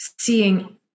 seeing